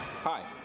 Hi